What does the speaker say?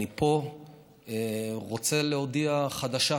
אני פה רוצה להודיע חדשה,